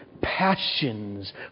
passions